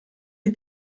die